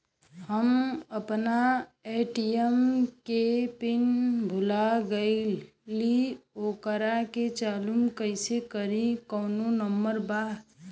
हम अपना ए.टी.एम के पिन भूला गईली ओकरा के चालू कइसे करी कौनो नंबर बा?